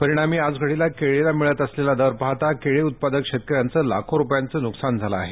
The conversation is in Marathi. परिणामी आज घडीला केळीला मिळत असलेल्या दर पाहता केळी उत्पादक शेतकऱ्यांचे लाखो रुपयांचे नुकसान झाले आहे